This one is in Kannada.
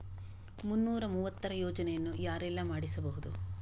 ಮುನ್ನೂರ ಮೂವತ್ತರ ಯೋಜನೆಯನ್ನು ಯಾರೆಲ್ಲ ಮಾಡಿಸಬಹುದು?